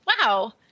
wow